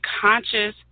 conscious